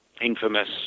infamous